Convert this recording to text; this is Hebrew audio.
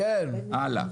הלאה.